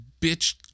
bitch